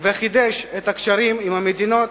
וחידש את הקשרים עם מדינות